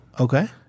Okay